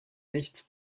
nichts